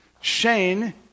Shane